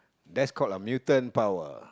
that's called a mutant power